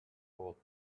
thought